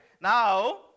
Now